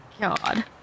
God